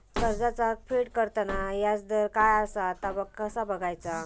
कर्जाचा फेड करताना याजदर काय असा ता कसा बगायचा?